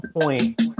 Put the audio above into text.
point